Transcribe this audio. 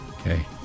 Okay